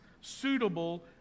suitable